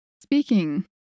Speaking